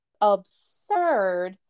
absurd